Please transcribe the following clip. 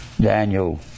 Daniel